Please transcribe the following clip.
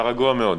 היה רגוע מאוד.